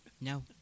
no